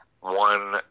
one